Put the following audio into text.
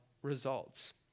results